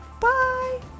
bye